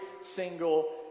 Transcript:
single